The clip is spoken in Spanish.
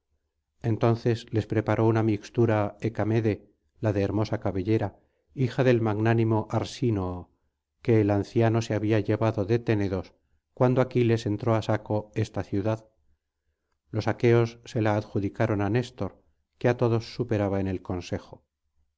entonces les preparó una mixtura hecamede la de hermosa cabellera hija del magnánimo arsínoo que el anciano se había llevado de ténedos cuando aquiles entró á saco esta ciudad los aqueos se la adjudicaron á néstor que á todos superaba en el consejo